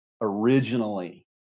originally